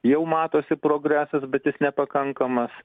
jau matosi progresas bet jis nepakankamas